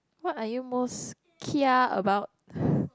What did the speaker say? what are you most care about